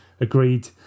agreed